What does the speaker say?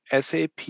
SAP